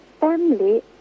family